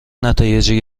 نتایجی